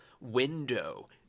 window